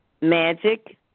magic